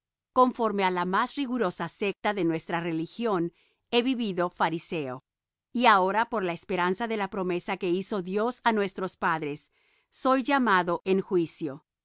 conforme á la más rigurosa secta de nuestra religión he vivido fariseo y ahora por la esperanza de la promesa que hizo dios á nuestros padres soy llamado en juicio